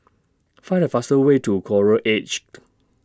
Find The fastest Way to Coral Edged